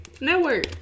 Network